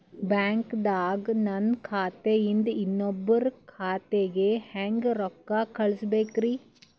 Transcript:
ಬ್ಯಾಂಕ್ದಾಗ ನನ್ ಖಾತೆ ಇಂದ ಇನ್ನೊಬ್ರ ಖಾತೆಗೆ ಹೆಂಗ್ ರೊಕ್ಕ ಕಳಸಬೇಕ್ರಿ?